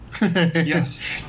Yes